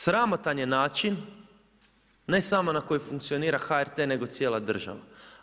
Sramotan je način, ne samo na koji funkcionira HRT nego cijela država.